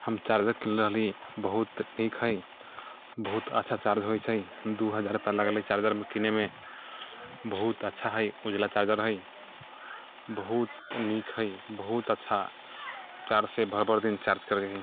हम चार्जर कीनले रहली बहुत नीक है बहुत अच्छा चार्ज होइ छै दू हजार रूपैआ लगलै चार्जर कीनय मे बहुत अच्छा है उजला चार्जर है बहुत नीक है बहुत अच्छा चार्ज से भर भर दिन चार्ज करै रही